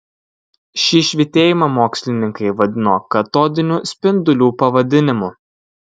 šį švytėjimą mokslininkai vadino katodinių spindulių pavadinimu